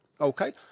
okay